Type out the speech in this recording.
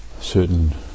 certain